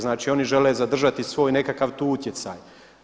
Znači, oni žele zadržati svoj nekakav tu utjecaj.